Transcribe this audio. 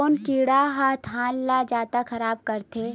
कोन कीड़ा ह धान ल जादा खराब करथे?